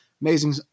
Amazing